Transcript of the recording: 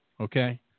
Okay